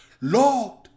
Lord